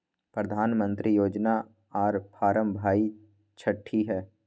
प्रधानमंत्री योजना आर फारम भाई छठी है?